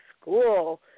school